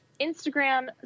Instagram